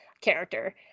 character